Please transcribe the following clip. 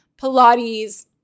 Pilates